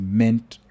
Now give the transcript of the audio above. meant